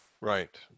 Right